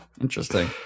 Interesting